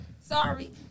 sorry